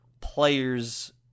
players